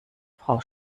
frau